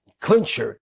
clincher